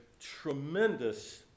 tremendous